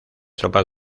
tropas